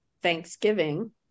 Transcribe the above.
Thanksgiving